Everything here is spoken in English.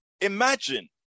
Imagine